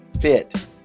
fit